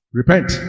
repent